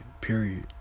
Period